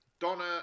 Donna